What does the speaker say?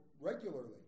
regularly